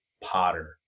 Potter